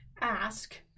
ask